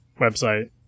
website